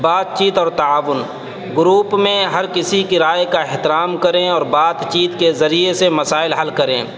بات چیت اور تعاون گروپ میں ہر کسی کی رائے کا احترام کریں اور بات چیت کے ذریعے سے مسائل حل کریں